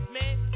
man